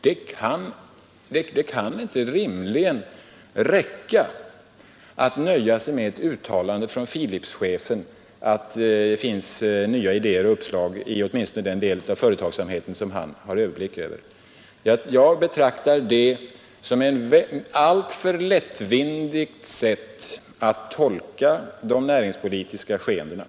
Det kan inte rimligen räcka att nöja sig med ett uttalande från Philipschefen att det finns nya idéer och uppslag i åtminstone den del av företagsamheten som han har överblick över. Jag betraktar detta som ett alltför lättvindigt sätt att tolka de näringspolitiska skeendena.